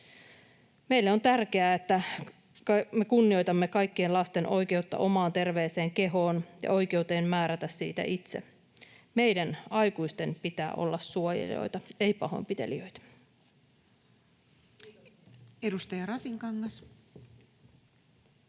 Meille on tärkeää, että me kunnioitamme kaikkien lasten oikeutta omaan terveeseen kehoon ja oikeutta määrätä siitä itse. Meidän aikuisten pitää olla suojelijoita, ei pahoinpitelijöitä. [Speech 160]